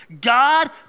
God